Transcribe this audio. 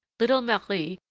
little marie,